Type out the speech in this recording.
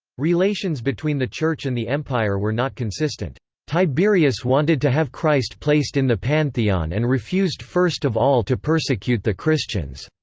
relations between the church and the empire were not consistent tiberius wanted to have christ placed in the pantheon and refused first of all to persecute the christians.